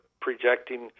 projecting